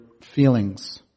feelings